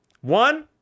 One